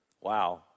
Wow